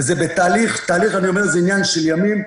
וזה בתהליך עניין של ימים,